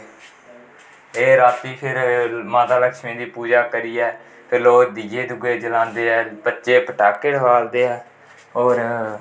एह् रातीं फिर माता लक्ष्मी दी पूजा करियै फिर लोक दिये जलांदे ऐ बच्चे पटाके ठुआलदे ऐ होर